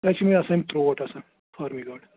تتہِ چھِ یِمے آسان یِم ترٛوٹ آسان فارمی گاڈ